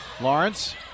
Lawrence